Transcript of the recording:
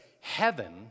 heaven